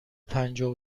پنجاه